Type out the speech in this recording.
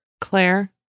Claire